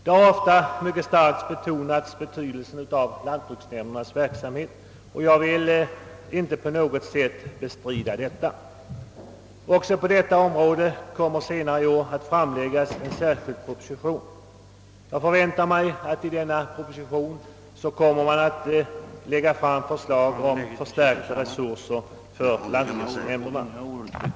Betydelsen av lantbruksnämndernas verksamhet har ofta mycket starkt betonats, och jag vill inte på något sätt bestrida vikten därav. Också på detta område kommer senare i år att framläggas en särskild proposition. Jag förväntar mig att man kommer att lägga fram förslag om förstärkta resurser för lantbruksnämnderna.